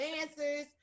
answers